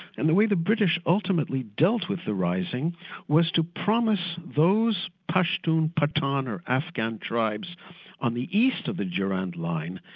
and the way the british ultimately dealt with the rising was to promise those pashtun-patan or afghan tribes on the east of the durand line,